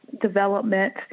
development